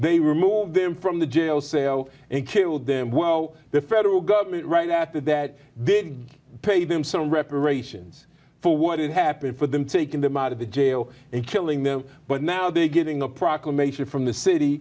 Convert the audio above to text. they removed them from the jail cell and killed them well the federal government right after that didn't pay them some reparations for what did happen for them taking them out of the jail and killing them but now they are getting the proclamation from the city